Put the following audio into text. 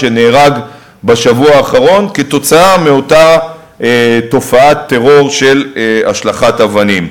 שנהרג בשבוע האחרון כתוצאה מאותה תופעת טרור של השלכת אבנים.